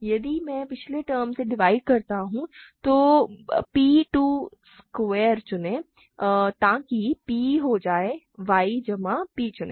यदि मैं पिछले टर्म से डिवाइड करता हूं तो p 2 yस्क्वायर चुनें ताकि p हो जाए y जमा p चुनें